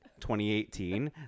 2018